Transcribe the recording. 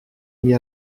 mis